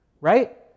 right